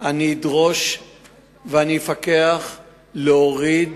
אני אדרוש ואפקח להוריד